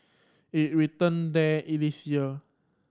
it return there in this year